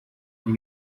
ari